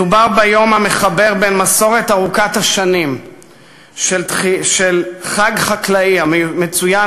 מדובר ביום המחבר מסורת ארוכת השנים של חג חקלאי המצוין